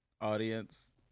Audience